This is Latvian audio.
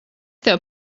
tev